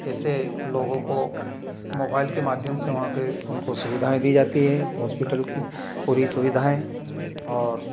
ऐसे लोगों को मोबाइल के माध्यम से वहाँ के उनको सुविधाएँ दी जाती हैं हॉस्पिटल की पूरी सुविधाएँ और